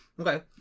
Okay